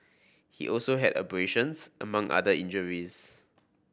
he also had abrasions among other injuries